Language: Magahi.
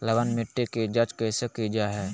लवन मिट्टी की जच कैसे की जय है?